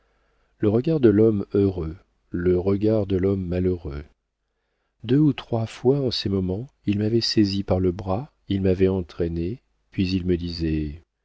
le regard de l'homme heureux le regard de l'homme malheureux deux ou trois fois en ces moments il m'avait saisi par le bras il m'avait entraîné puis il me disait